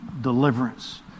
deliverance